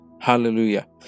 Hallelujah